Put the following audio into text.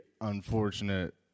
unfortunate